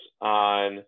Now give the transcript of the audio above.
on